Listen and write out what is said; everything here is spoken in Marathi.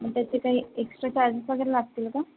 मग त्याचे काही एक्सट्रा चार्जेस वगैरे लागतील का